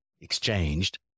exchanged